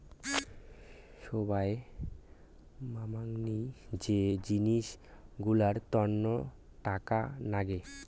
সোগায় মামাংনী যে জিনিস গুলার তন্ন টাকা লাগে